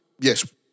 yes